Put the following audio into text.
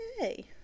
Okay